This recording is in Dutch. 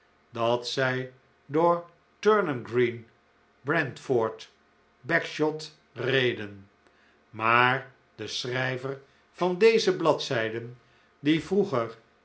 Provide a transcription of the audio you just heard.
dat zij door turnham green brentford bagshot reden maar de schrijver van deze bladzijden die vroeger